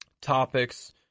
topics